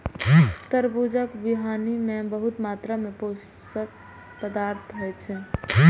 तरबूजक बीहनि मे बहुत मात्रा मे पोषक पदार्थ होइ छै